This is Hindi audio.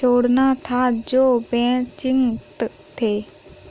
जोड़ना था जो वंचित थे